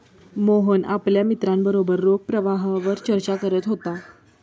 मोहन आपल्या मित्रांबरोबर रोख प्रवाहावर चर्चा करत होता